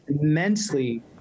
immensely